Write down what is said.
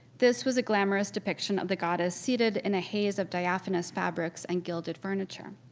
this was a glamorous depiction of the goddess seated in a haze of diaphanous fabrics and gilded furniture.